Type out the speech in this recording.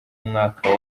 mwaka